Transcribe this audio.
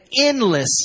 endless